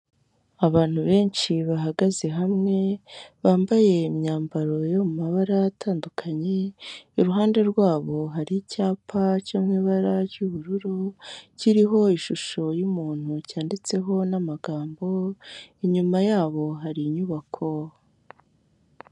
Abantu benshi bahagaze hamwe, bambaye imyambaro yo mu mabara atandukanye, iruhande rwabo hari icyapa cyo mu ibara ry'ubururu, kiriho ishusho y'umuntu cyanditseho n'amagambo, inyuma yabo hari inyubako.